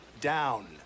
down